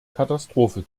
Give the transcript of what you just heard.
katastrophe